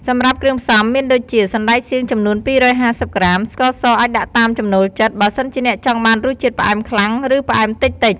សម្រាប់គ្រឿងផ្សំមានដូចជា សណ្តែកសៀងចំនួន ២៥០ ក្រាម ស្ករសអាចដាក់តាមចំណូលចិត្ត បើសិនជាអ្នកចង់បានរសជាតិផ្អែមខ្លាំង ឬផ្អែមតិចៗ។